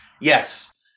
Yes